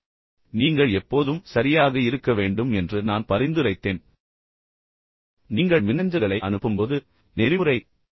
ஒட்டுமொத்தமாக நீங்கள் எப்போதும் சரியாக இருக்க வேண்டும் என்று நான் பரிந்துரைத்தேன் குறிப்பாக நீங்கள் மின்னஞ்சல்களை அனுப்பும்போது நெறிமுறை ரீதியாக சரியாக இருக்க வேண்டும்